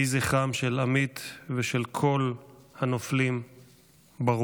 יהי זכרם של עמית ושל כל הנופלים ברוך.